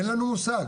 אין לנו מושג.